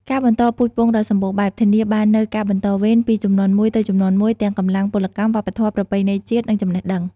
ការបន្តពូជពង្សដ៏សម្បូរបែប ធានានូវការបន្តវេន ពីជំនាន់មួយទៅជំនាន់មួយ ទាំងកម្លាំងពលកម្ម វប្បធម៌ ប្រពៃណីជាតិ និងចំណេះដឹង។